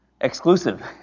exclusive